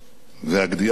והגדיעה של גנדי,